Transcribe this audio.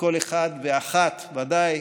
וכל אחד ואחת הוא ודאי